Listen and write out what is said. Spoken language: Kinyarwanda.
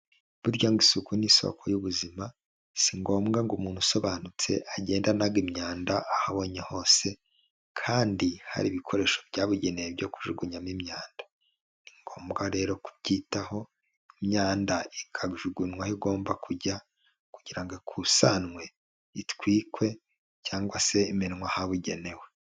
Burya ngo isuku ni isoko y'ubuzima si ngombwa ngo umuntu usobanutse agende anaga imyanda aho abonye hose kandi hari ibikoresho byabugenewe byo kujugunyamo imyanda, ni ngombwa rero kubyitaho imyanda ikajugunywa aho igomba kujya kugira ngo ikusanwe, itwikwe cyangwa se imenwe ahabugenewe.